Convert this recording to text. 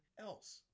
else